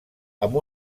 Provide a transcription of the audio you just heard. amb